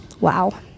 Wow